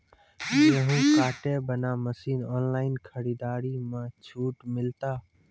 गेहूँ काटे बना मसीन ऑनलाइन खरीदारी मे छूट मिलता?